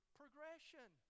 progression